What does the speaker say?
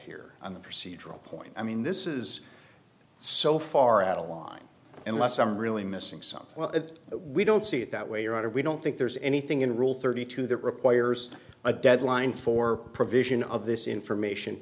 here on the procedural point i mean this is so far adeline unless i'm really missing something well if we don't see it that way your honor we don't think there's anything in rule thirty two that requires a deadline for provision of this information